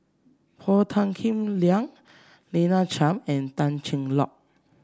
Paul Tan Kim Liang Lina Chiam and Tan Cheng Lock